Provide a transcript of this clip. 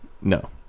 no